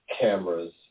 cameras